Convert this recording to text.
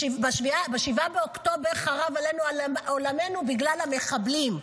ב-7 באוקטובר חרב עלינו עולמנו בגלל המחבלים.